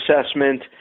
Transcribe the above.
assessment